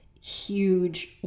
huge